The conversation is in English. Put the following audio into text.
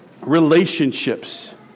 relationships